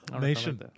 nation